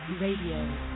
Radio